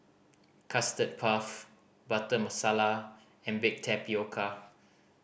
Custard Puff Butter Masala and baked tapioca